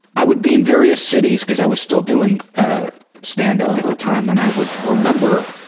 i would be in various cities because i was still doing ah standup at the time and i would remember